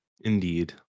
Indeed